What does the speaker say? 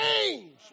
change